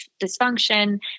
dysfunction